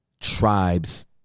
tribes